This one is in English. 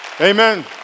Amen